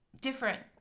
different